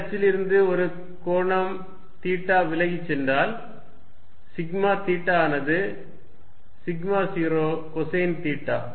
சில அச்சில் இருந்து ஒரு கோணம் தீட்டா விலகிச் சென்றால் σ தீட்டா ஆனது σ0 கொசைன் தீட்டா